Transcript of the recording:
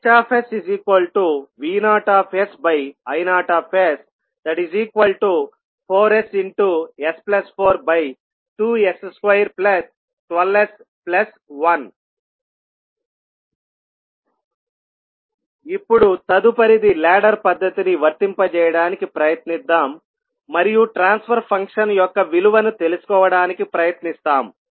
HsV0I0s4ss42s212s1 ఇప్పుడు తదుపరిది ladder పద్ధతిని వర్తింపజేయడానికి ప్రయత్నిద్దాం మరియు ట్రాన్స్ఫర్ ఫంక్షన్ యొక్క విలువను తెలుసుకోవడానికి ప్రయత్నిస్తాము